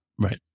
Right